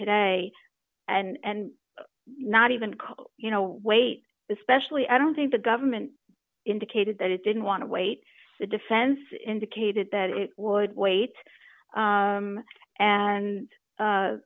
today and not even you know wait especially i don't think the government indicated that it didn't want to wait the defense indicated that it would wait and